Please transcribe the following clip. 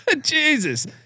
Jesus